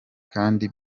kandi